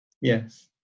Yes